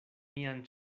mian